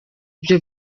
byo